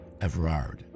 Everard